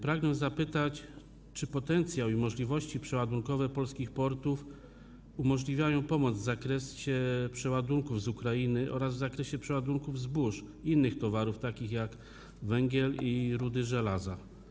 Pragnę zapytać: Czy potencjał i możliwości przeładunkowe polskich portów umożliwiają pomoc w zakresie przeładunków z Ukrainy oraz w zakresie przeładunków zbóż i innych towarów, takich jak węgiel i rudy żelaza?